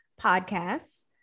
podcasts